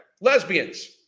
lesbians